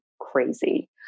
crazy